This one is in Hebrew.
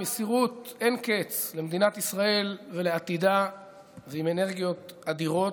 עם מסירות אין קץ למדינת ישראל ולעתידה ועם אנרגיות אדירות.